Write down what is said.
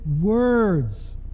words